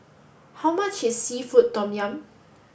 how much is Seafood Tom Yum